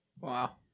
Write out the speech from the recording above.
Wow